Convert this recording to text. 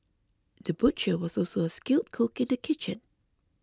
the butcher was also a skilled cook in the kitchen